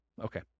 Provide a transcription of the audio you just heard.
Okay